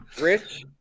Rich